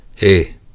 Hey